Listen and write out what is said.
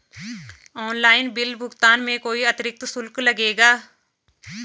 Online bill भुगतान में कोई अतिरिक्त शुल्क लगेगा?